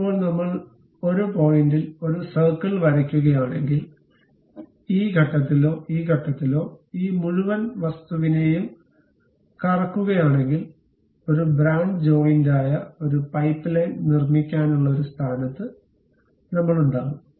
ഇപ്പോൾ നമ്മൾ ഒരു പോയിന്റിൽ ഒരു സർക്കിൾ വരയ്ക്കുകയാണെങ്കിൽ ഈ ഘട്ടത്തിലോ ഈ ഘട്ടത്തിലോ ഈ മുഴുവൻ വസ്തുവിനെയും കറക്കുകയാണെങ്കിൽ ഒരു ബ്രാഞ്ച് ജോയിന്റായ ഒരു പൈപ്പ്ലൈൻ നിർമ്മിക്കാനുള്ള ഒരു സ്ഥാനത്ത് നമ്മൾ ഉണ്ടാകും